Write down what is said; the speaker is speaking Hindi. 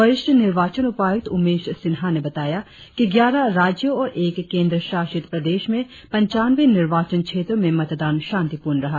वरिष्ठ निर्वाचन उपायुक्त उमेश सिन्हा ने बताया कि ग्यारह राज्यो और एक केंद्रशासित प्रदेश में पंचानवे निर्वाचन क्षेत्रो में मतदान शांतिपूर्ण रहा